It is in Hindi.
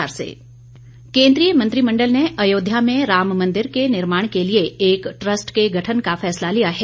मंत्रिमण्डल केंद्रीय मंत्रिमंडल ने अयोध्या में राम मंदिर के निर्माण के लिए एक ट्रस्ट के गठन का फैसला लिया है